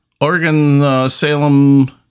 Oregon-Salem